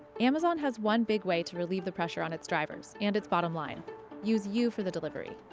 amazon has one big way to relieve the pressure on its drivers and its bottom line use you for the delivery.